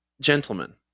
gentlemen